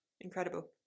Incredible